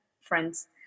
friends